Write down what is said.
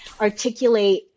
articulate